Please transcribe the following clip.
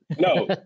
No